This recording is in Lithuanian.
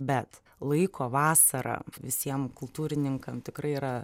bet laiko vasarą visiem kultūrininkam tikrai yra